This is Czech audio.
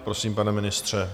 Prosím, pane ministře.